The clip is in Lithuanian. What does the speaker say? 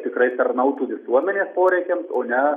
tikrai tarnautų visuomenės poreikiams o ne